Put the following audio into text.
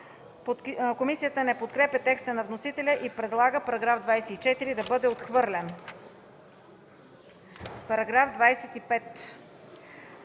Комисията не подкрепя текста на вносителя и предлага § 24 да бъде отхвърлен.